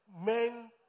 Men